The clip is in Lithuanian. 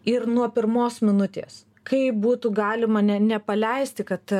ir nuo pirmos minutės kaip būtų galima ne nepaleisti kad